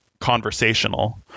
conversational